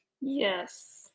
yes